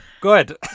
Good